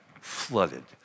flooded